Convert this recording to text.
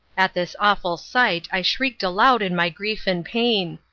at this awful sight i shrieked aloud in my grief and pain.